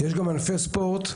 יש גם ענפי ספורט,